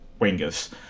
wingers